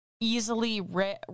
easily